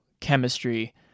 chemistry